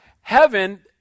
heaven